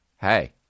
Hey